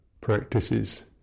practices